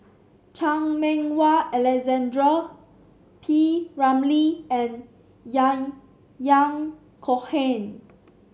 Chan Meng Wah Alexander P Ramlee and Yahya Cohen